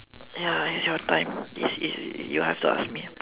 ya it's your time is is you have to ask me